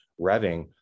revving